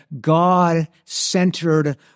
God-centered